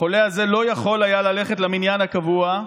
החולה הזה לא יכול היה ללכת למניין הקבוע.